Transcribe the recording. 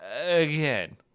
again